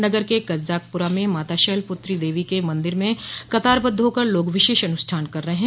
नगर के कज्जाकपुरा में माता शैल पुत्री देवी के मन्दिर में कतारबद्व होकर लोग विशेष अनुष्ठान कर रहे हैं